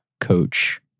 coach